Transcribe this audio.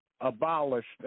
abolished